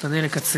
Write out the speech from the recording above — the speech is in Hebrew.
נשתדל לקצר.